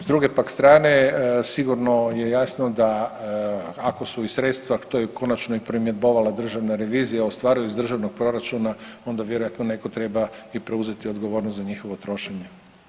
S druge pak strane sigurno je jasno da ako su i sredstva, to je konačno i primjedbovala Državna revizija ostvaruje iz državnog proračuna onda vjerojatno netko treba i preuzeti odgovornost za njihovo trošenje.